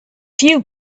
few